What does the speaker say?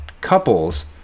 couples